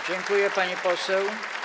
Dziękuję, pani poseł.